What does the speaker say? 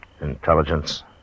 intelligence